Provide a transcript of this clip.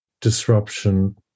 disruption